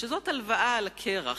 שזאת הלוואה על הקרח,